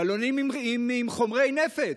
בלונים עם חומרי נפץ.